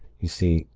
you see,